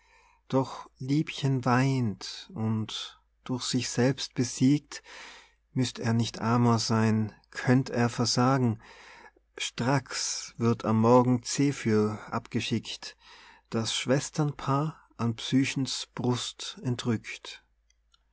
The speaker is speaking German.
doch liebchen weint und durch sich selbst besiegt müßt er nicht amor sein könnt er versagen stracks wird am morgen zephyr abgeschickt das schwesternpaar an psychens brust entrückt